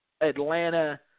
Atlanta